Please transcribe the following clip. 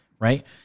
Right